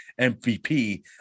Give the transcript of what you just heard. MVP